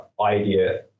idea